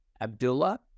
Abdullah